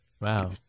Wow